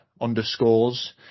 underscores